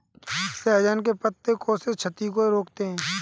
सहजन के पत्ते कोशिका क्षति को रोकते हैं